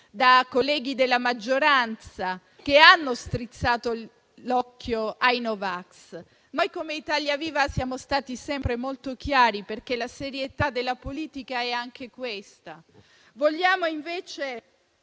da colleghi della maggioranza, che hanno strizzato l'occhio ai no vax. Noi, come Italia Viva, siamo stati sempre molto chiari, perché la serietà della politica è anche questa. Riguardo poi